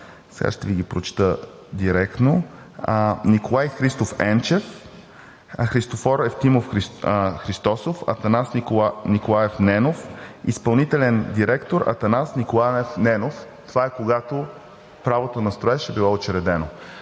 сега ще Ви ги прочета директно: Николай Христов Енчев, Христофор Ефтимов Христосов, Атанас Николаев Ненов, изпълнителен директор – Атанас Николаев Ненов. Това е, когато правото на строеж е било учредено.